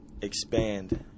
expand